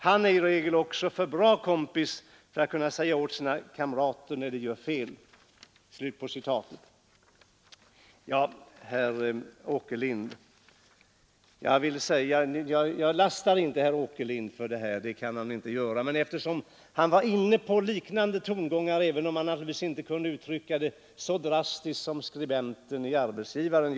Han är i regel också för bra kompis för att kunna säga åt sina kamrater när de gör fel.” Ja, man kan inte lasta herr Åkerlind för detta citat, men herr Åkerlind var inne på liknande tongångar, även om han naturligtvis inte uttryckte det så drastiskt som skribenten i Arbetsgivaren.